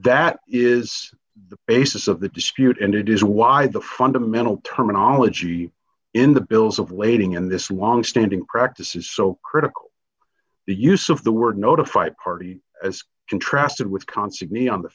that is the basis of the dispute and it is why the fundamental terminology in the bills of lading in this one standing practice is so critical the use of the word notify party as contrasted with constantly on the